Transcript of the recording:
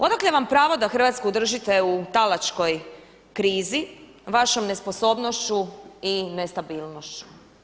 Odakle vam pravo da Hrvatsku držite u talačkoj krizi, vašom nesposobnošću i nestabilnošću?